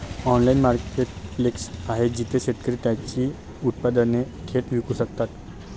Online marketplace आहे जिथे शेतकरी त्यांची उत्पादने थेट विकू शकतात?